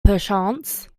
perchance